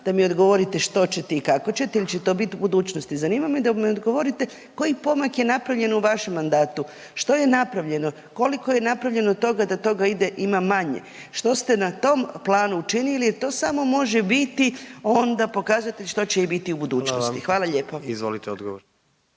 da mi odgovorite što ćete i kako ćete ili će to biti u budućnosti. Zanima me da mi odgovorite koji pomak je napravljen u vašem mandatu, što je napravljeno? Koliko je napravljeno toga da toga ima manje? Što ste na tom planu učinili jer to samo može biti onda pokazatelj što će biti i u budućnosti? .../Upadica: Hvala vam./...